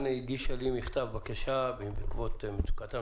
חברת הכנסת ח'טיב יאסין הגישה לי מכתב בקשה בעקבות מצוקתם